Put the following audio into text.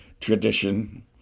tradition